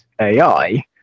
AI